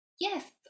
yes